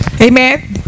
Amen